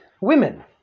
women